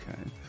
okay